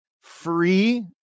free